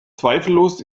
zweifellos